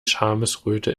schamesröte